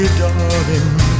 Darling